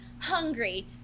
hungry